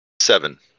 Seven